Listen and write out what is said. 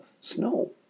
snow